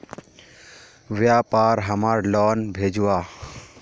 व्यापार हमार लोन भेजुआ?